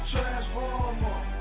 Transformer